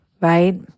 right